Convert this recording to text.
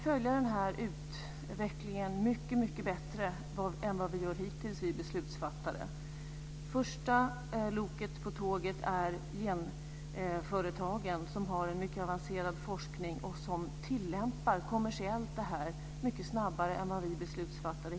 Vård i hemmet kan endast fungera om akuta vårdinsatser finns tillgängliga. Därför anser vi att regeringen bör tillsätta en utredning som ser över patienternas behov av rätt diagnos på ett tidigt stadium.